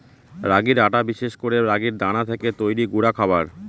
রাগির আটা বিশেষ করে রাগির দানা থেকে তৈরি গুঁডা খাবার